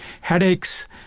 Headaches